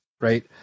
Right